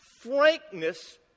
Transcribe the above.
frankness